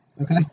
Okay